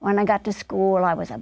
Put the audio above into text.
when i got to school i was a